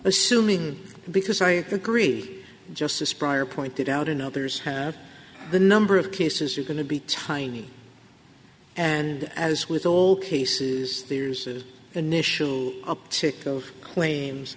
assuming because i agree justice prior pointed out and others have the number of cases are going to be tiny and as with all cases there's initial uptick of claims